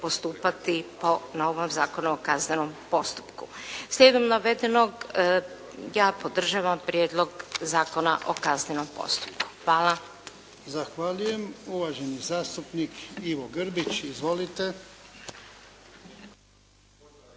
postupati po novom Zakonu o kaznenom postupku. Slijedom navedenog ja podržavam Prijedlog zakona o kaznenom postupku. Hvala. **Jarnjak, Ivan (HDZ)** Zahvaljujem. Uvaženi zastupnik Ivo Grbić. Izvolite.